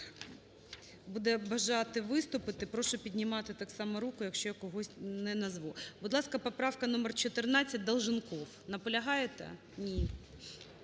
буде бажати виступити, прошу піднімати так само руку, якщо я когось не назву. Будь ласка, поправка номер 14, Долженков. Наполягаєте? Ні.